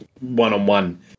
one-on-one